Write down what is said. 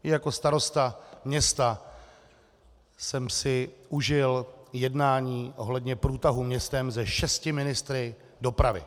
I jako starosta města jsem si užil jednání ohledně průtahu městem se šesti ministry dopravy.